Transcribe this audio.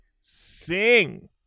sing